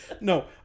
no